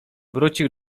wrócił